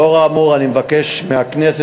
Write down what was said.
לאור האמור אני מבקש מהכנסת,